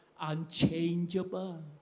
unchangeable